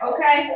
Okay